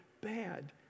bad